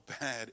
bad